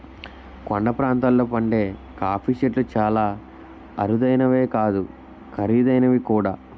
కొండ ప్రాంతాల్లో పండే కాఫీ చెట్లు చాలా అరుదైనవే కాదు ఖరీదైనవి కూడా